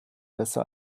besser